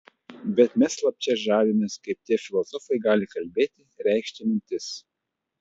bet mes slapčia žavimės kaip tie filosofai gali kalbėti reikšti mintis